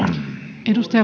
arvoisa